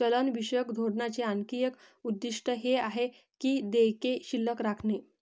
चलनविषयक धोरणाचे आणखी एक उद्दिष्ट हे आहे की देयके शिल्लक राखणे